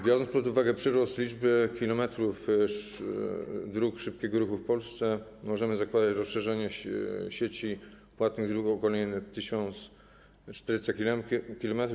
Biorąc pod uwagę przyrost liczby kilometrów dróg szybkiego ruchu w Polsce, możemy zakładać rozszerzenie sieci płatnych dróg o kolejne 1400 km.